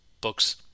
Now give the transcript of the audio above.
books